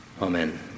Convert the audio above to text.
Amen